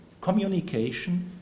communication